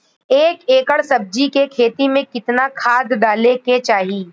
एक एकड़ सब्जी के खेती में कितना खाद डाले के चाही?